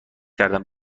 کردم